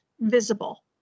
visible